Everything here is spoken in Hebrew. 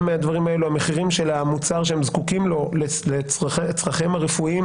מהדברים האלו המחירים של המוצר שהם זקוקים לו לצרכיהם הרפואיים,